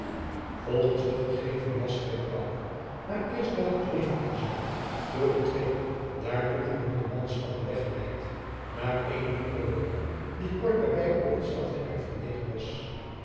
volgens de gegeven last werd bouke na eerst wel gekneveld te zijn door de twee daartoe genoemde manschappen weggeleid naar eene boerenwoning die kort daarbij op hetzelfde erf gelegen was